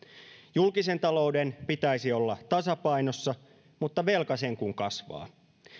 julkisen talouden pitäisi olla tasapainossa mutta velka sen kuin kasvaa